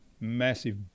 massive